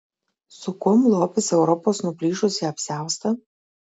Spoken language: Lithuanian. su kuom lopys europos nuplyšusį apsiaustą